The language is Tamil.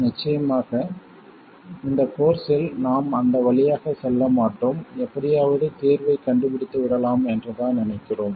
நிச்சயமாக இந்த கோர்ஸில் நாம் அந்த வழியாகச் செல்ல மாட்டோம் எப்படியாவது தீர்வைக் கண்டுபிடித்துவிடலாம் என்றுதான் நினைக்கிறோம்